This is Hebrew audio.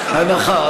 הנחה.